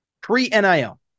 pre-NIL